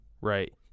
Right